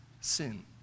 sin